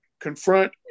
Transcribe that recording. confront